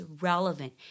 relevant